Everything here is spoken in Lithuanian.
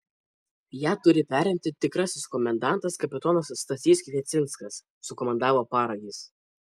ją turi perimti tikrasis komendantas kapitonas stasys kviecinskas sukomandavo paragis